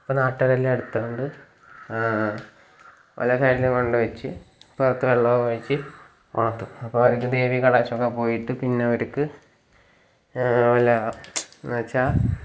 അപ്പം നാട്ടുകാരെല്ലാം എടുത്തുകൊണ്ട് വളരെ അധികം വെള്ളമൊഴിച്ച് പുറത്ത് വെള്ളമൊഴിച്ച് മുഖത്തും അപ്പം അവർക്ക് ദേവീ കടാക്ഷമൊക്കെ പോയിട്ട് എന്നുവെച്ചാൽ